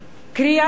ישראל,